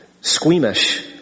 squeamish